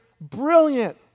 brilliant